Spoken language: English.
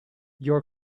your